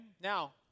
Now